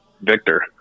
Victor